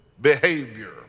behavior